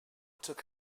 took